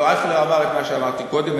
לא, אייכלר אמר את מה שאמרתי קודם.